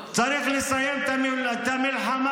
צריך לסיים את המלחמה,